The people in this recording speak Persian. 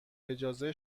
اجازه